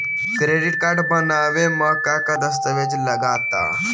Credit card बनवावे म का का दस्तावेज लगा ता?